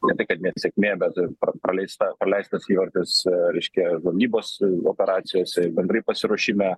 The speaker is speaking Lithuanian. ne tai kad nesėkmė bet paleista paleistas įvartis reiškia gamybos operacijose ir bendrai pasiruošime